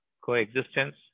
coexistence